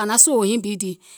ȧŋ naŋ sòò hiŋ bi dìì,